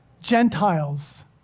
Gentiles